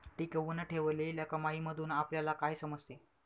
टिकवून ठेवलेल्या कमाईमधून आपल्याला काय समजते?